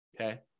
Okay